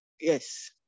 Yes